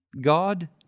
God